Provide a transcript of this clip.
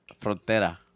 Frontera